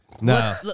No